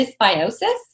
dysbiosis